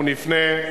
אנחנו נפנה.